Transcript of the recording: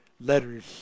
letters